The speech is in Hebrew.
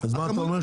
הכמויות,